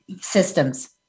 systems